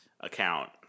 account